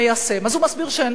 אז הוא מסביר שאין פרטנר,